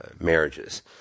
marriages